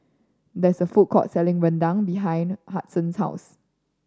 there is a food court selling rendang behind Hudson's house